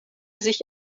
sich